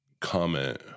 comment